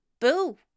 Boo